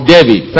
David